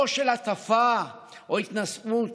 לא של הטפה או התנשאות.